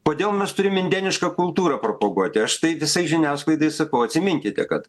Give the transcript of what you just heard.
kodėl mes turim indėnišką kultūrą propaguoti aš tai visai žiniasklaidai sakau atsiminkite kad